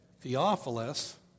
Theophilus